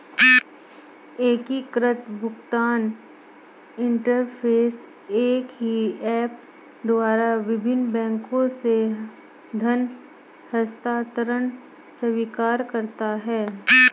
एकीकृत भुगतान इंटरफ़ेस एक ही ऐप द्वारा विभिन्न बैंकों से धन हस्तांतरण स्वीकार करता है